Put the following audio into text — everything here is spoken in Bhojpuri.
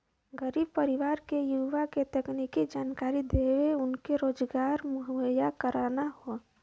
गरीब परिवार के युवा के तकनीकी जानकरी देके उनके रोजगार मुहैया कराना हौ